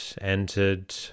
entered